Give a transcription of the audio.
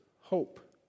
hope